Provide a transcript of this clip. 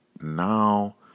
Now